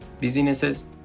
businesses